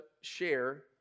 share